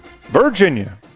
Virginia